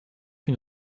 une